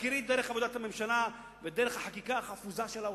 בהכירי את דרך עבודת הממשלה ואת דרך החקיקה החפוזה של האוצר.